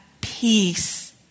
peace